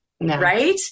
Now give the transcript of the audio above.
right